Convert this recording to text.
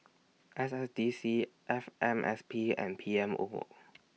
S S D C F M S P and P M O